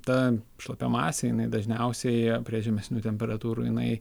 ta šlapia masė jinai dažniausiai prie žemesnių temperatūrų jinai